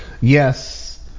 Yes